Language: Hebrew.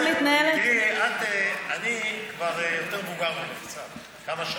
תראי, אני כבר יותר מבוגר ממך קצת, בכמה שנים.